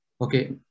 Okay